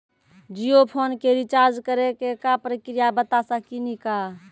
Jio phone के recharge करे के का प्रक्रिया बता साकिनी का?